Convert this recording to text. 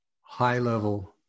high-level